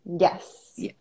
yes